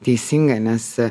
teisingai mes